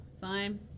Fine